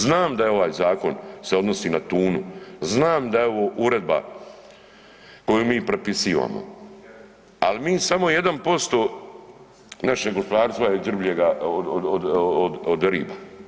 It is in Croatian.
Znam da je ovaj zakon se odnosi na tunu, znam da je ovo uredba koju mi prepisivamo, ali mi samo 1% našega gospodarstva iz ribljega, od riba.